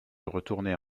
retourner